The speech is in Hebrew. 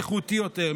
איכותי יותר,